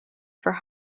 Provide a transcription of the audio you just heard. for